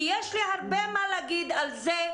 כי יש לי הרבה מה להגיד על זה,